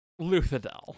Luthadel